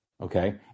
Okay